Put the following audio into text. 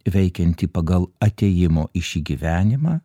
veikiantį pagal atėjimo į šį gyvenimą